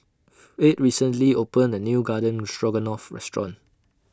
Fate recently opened A New Garden Stroganoff Restaurant